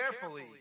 carefully